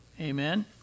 Amen